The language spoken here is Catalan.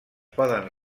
poden